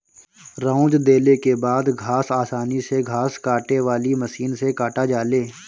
रौंद देले के बाद घास आसानी से घास काटे वाली मशीन से काटा जाले